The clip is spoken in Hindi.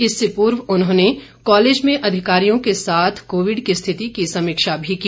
इससे पूर्व उन्होंने कॉलेज में अधिकारियों के साथ कोविड की स्थिति की समीक्षा भी की